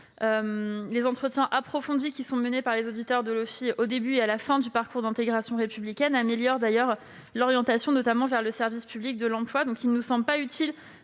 Les entretiens approfondis qui sont menés par les auditeurs de l'OFII au début et à la fin du parcours d'intégration républicaine améliorent d'ailleurs l'orientation, notamment vers le service public de l'emploi. Il ne nous semble donc pas utile